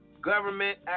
government